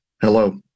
Hello